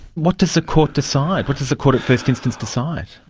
what does the court decide? what does the court at first instance decide?